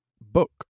book